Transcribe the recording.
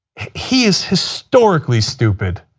he is historically stupid.